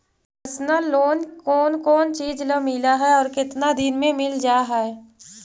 Personal loan कोन कोन चिज ल मिल है और केतना दिन में मिल जा है?